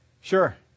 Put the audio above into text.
Sure